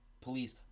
police